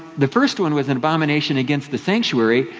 the first one was an abomination against the sanctuary,